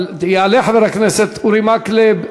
יעלה חבר הכנסת אורי מקלב,